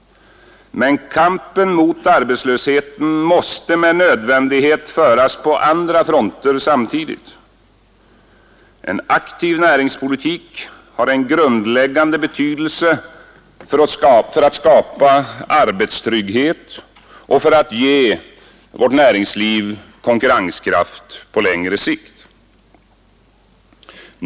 Men kampen mot arbetslösheten måste med nödvändighet föras på andra fronter samtidigt. En aktiv näringspolitik har en grundläggande betydelse för att skapa arbetstrygghet och för att ge vårt näringsliv konkurrenskraft på längre sikt.